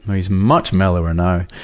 he's much mellower now.